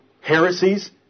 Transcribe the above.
heresies